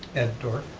ed dorff.